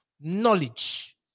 knowledge